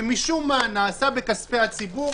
שמשום מה נעשה בכספי הציבור